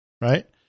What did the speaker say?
Right